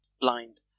blind